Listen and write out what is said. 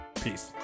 Peace